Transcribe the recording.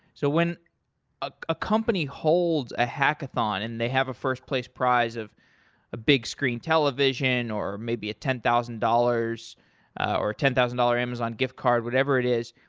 so when a a company holds a hackathon and they have a first-place prize of a big-screen television or maybe a ten thousand dollars or ten thousand dollars amazon gift card, whatever it is,